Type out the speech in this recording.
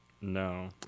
No